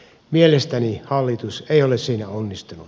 mielestäni hallitus ei ole siinä onnistunut